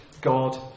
God